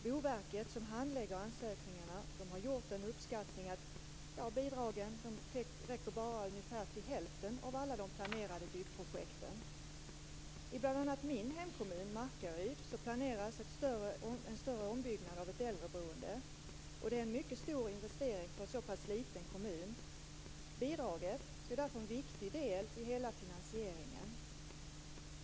Boverket, som handlägger ansökningarna, har gjort uppskattningen att bidragen bara räcker till hälften av alla de planerade byggprojekten. I bl.a. min hemkommun, Markaryd, planeras en större ombyggnad av ett äldreboende. Det är en mycket stor investering för en så pass liten kommun. Bidraget är därför en viktig del i hela finansieringen.